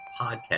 podcast